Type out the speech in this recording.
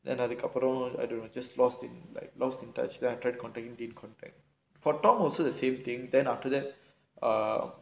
then அதுக்கு அப்புறம்:athukku appuram just lost in like lost in touch then I tried to in contact for tom also the same thing then after that err